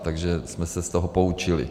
Takže jsme se z toho poučili.